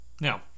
Now